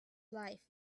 life